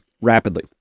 rapidly